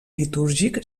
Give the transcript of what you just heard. litúrgic